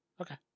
okay